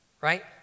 right